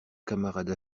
camarade